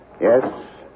Yes